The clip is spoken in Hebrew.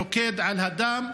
רוקד על הדם,